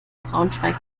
braunschweig